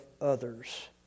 others